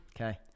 Okay